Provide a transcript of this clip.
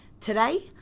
today